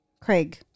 Craig